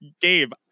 gabe